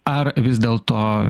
ar vis dėlto